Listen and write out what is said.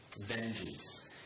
vengeance